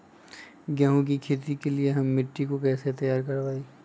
गेंहू की खेती के लिए हम मिट्टी के कैसे तैयार करवाई?